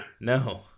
No